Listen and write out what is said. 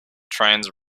trains